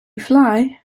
fly